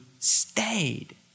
stayed